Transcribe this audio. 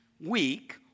week